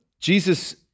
Jesus